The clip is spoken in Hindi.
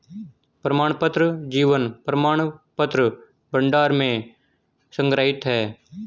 प्रमाणपत्र जीवन प्रमाणपत्र भंडार में संग्रहीत हैं